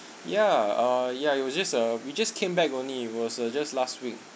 yeah uh yeah it was just uh we just came back only it was uh just last week